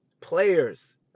players